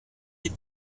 des